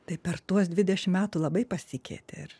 tai per tuos dvidešim metų labai pasikeitė ir